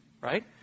right